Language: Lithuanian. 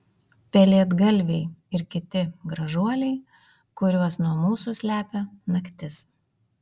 pelėdgalviai ir kiti gražuoliai kuriuos nuo mūsų slepia naktis